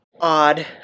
Odd